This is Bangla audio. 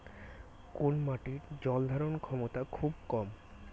কোন মাটির জল ধারণ ক্ষমতা খুব কম?